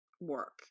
work